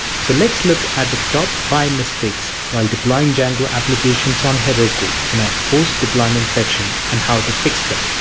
so let's look at the top five mistakes while deploying django applications on heroku in our post deployment section and how to fix them.